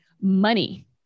money